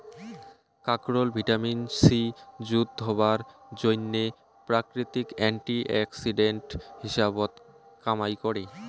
কাকরোল vitamin C যুত হবার জইন্যে প্রাকৃতিক অ্যান্টি অক্সিডেন্ট হিসাবত কামাই করে